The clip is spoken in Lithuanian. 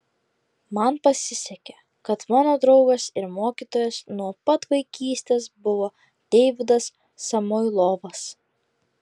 man pasisekė kad mano draugas ir mokytojas nuo pat vaikystės buvo deividas samoilovas